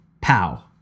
pow